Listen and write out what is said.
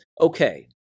Okay